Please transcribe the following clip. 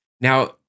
Now